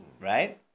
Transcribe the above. Right